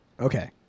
Okay